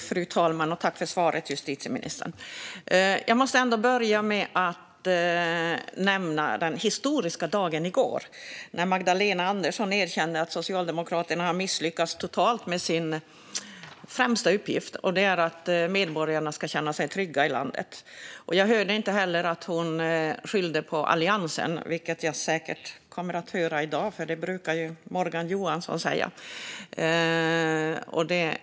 Fru talman! Jag tackar justitieministern för svaret. Jag måste ändå börja med att nämna den historiska dagen i går när Magdalena Andersson erkände att Socialdemokraterna har misslyckats totalt med sin främsta uppgift, att medborgarna i landet ska känna sig trygga. Jag hörde inte heller att hon skyllde på Alliansen, vilket jag säkert kommer att få höra i dag eftersom Morgan Johansson brukar göra det.